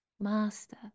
Master